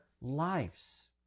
lives